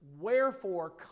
wherefore